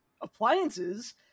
appliances